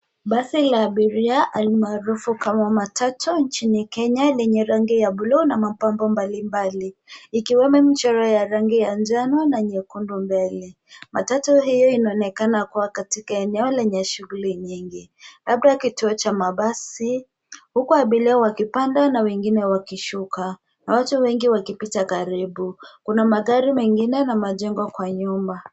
Basi la abiria almarufu kama matatu nchini Kenya lenye rangi ya bluu na mapambo mbalimbali. Ikiwemo michoro ya rangi ya njano na nyekundu mbele. Matatu hiyo inaonekana kuwa katika eneo lenye shughuli nyingi. Labda kituo cha mabasi, huku abiria wakipanda na wengine wakishuka. Watu wengi wakipita karibu. Kuna magari mengine na majengo kwa nyuma.